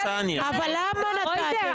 אבל למה --- קרויזר,